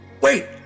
Wait